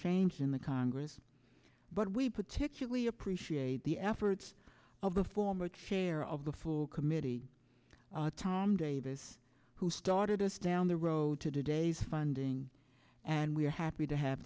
change in the congress but we particularly appreciate the efforts of the former chair of the full committee tom davis who started us down the road today is funding and we are happy to have